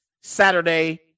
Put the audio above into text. Saturday